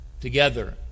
together